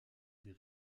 des